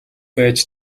байж